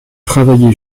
travailler